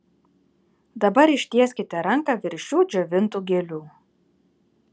dabar ištieskite ranką virš šių džiovintų gėlių